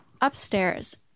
upstairs